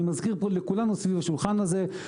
אני מזכיר לכולנו סביב השולחן הזה,